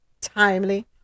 timely